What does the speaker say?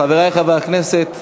חברי חברי הכנסת,